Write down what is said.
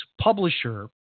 publisher